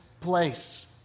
place